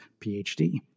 PhD